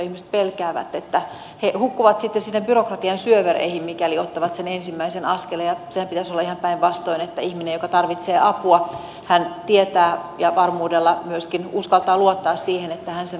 ihmiset pelkäävät että he hukkuvat sitten sinne byrokratian syövereihin mikäli ottavat sen ensimmäisen askeleen ja senhän pitäisi olla ihan päinvastoin niin että ihminen joka tarvitsee apua tietää ja varmuudella myöskin uskaltaa luottaa siihen että hän sen avun saa